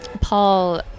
Paul